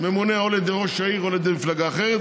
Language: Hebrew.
שממונה או על ידי ראש העיר או על ידי מפלגה אחרת.